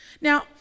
Now